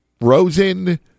Rosen